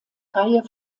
reihe